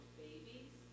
babies